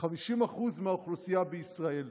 ל-50% מהאוכלוסייה בישראל,